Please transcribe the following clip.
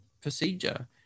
procedure